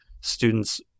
students